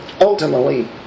ultimately